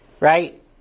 right